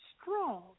strong